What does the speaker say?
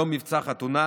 יום "מבצע חתונה",